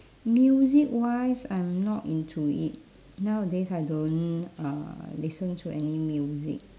music wise I'm not into it nowadays I don't uh listen to any music